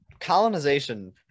colonization